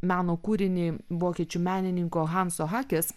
meno kūrinį vokiečių menininko hanso hakės